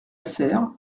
serre